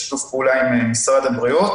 ושבשאר הזמן מבחינת משרד הבריאות